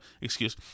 excuse